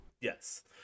Yes